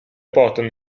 portano